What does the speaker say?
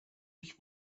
dich